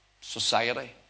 society